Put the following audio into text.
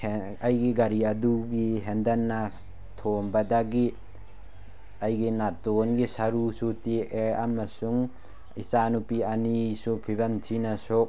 ꯑꯩꯒꯤ ꯒꯥꯔꯤ ꯑꯗꯨꯅ ꯍꯦꯟꯗꯜꯅ ꯊꯣꯝꯕꯗꯒꯤ ꯑꯩꯒꯤ ꯅꯥꯇꯣꯟꯒꯤ ꯁꯔꯨꯁꯨ ꯇꯦꯛꯑꯦ ꯑꯃꯁꯨꯡ ꯏꯆꯥꯅꯨꯄꯤ ꯑꯅꯤꯁꯨ ꯐꯤꯕꯝ ꯊꯤꯅ ꯁꯣꯛ